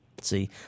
See